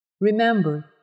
Remember